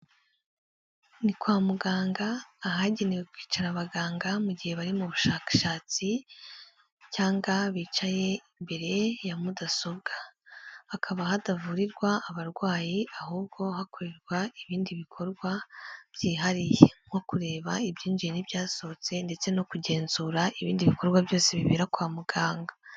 Ni kwa muganga ahagenewe kwicara abaganga mu gihe bari mu bushakashatsi cyangwa bicaye imbere ya mudasobwa. Hakaba hatavurirwa abarwayi, ahubwo hakorerwa ibindi bikorwa byihariye nko kureba ibyinjiye n'ibyasohotse ndetse no kugenzura ibindi bikorwa byose bibera kwa muganga.